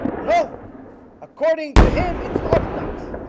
no according to him it's orthodox